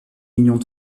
millions